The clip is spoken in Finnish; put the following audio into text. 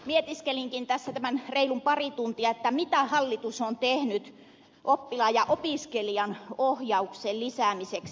mietiskelinkin tässä nämä reilut pari tuntia mitä hallitus on tehnyt oppilaan ja opiskelijan ohjauksen lisäämiseksi